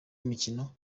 imikino